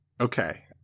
Okay